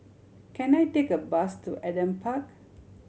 can I take a bus to Adam Park